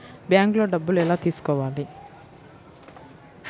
బ్యాంక్లో డబ్బులు ఎలా తీసుకోవాలి?